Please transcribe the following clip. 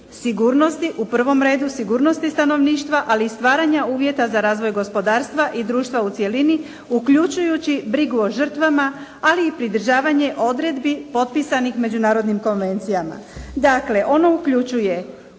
sigurnosti u prvom redu sigurnosti stanovništva ali i stvaranja uvjeta za razvoj gospodarstva i društva u cjelini uključujući brigu o žrtvama, ali i pridržavanje odredbi potpisanih međunarodnim konvencijama. Dakle, ono uključuje